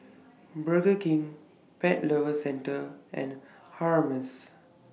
Burger King Pet Lovers Centre and Hermes